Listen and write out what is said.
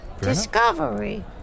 Discovery